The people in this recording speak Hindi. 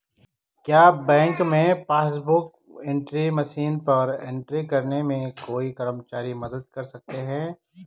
क्या बैंक में पासबुक बुक एंट्री मशीन पर एंट्री करने में कोई कर्मचारी मदद कर सकते हैं?